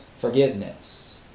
forgiveness